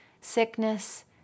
sickness